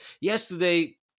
Yesterday